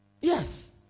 Yes